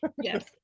yes